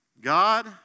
God